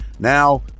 Now